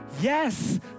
Yes